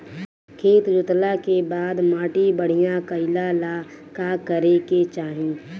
खेत जोतला के बाद माटी बढ़िया कइला ला का करे के चाही?